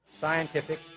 scientific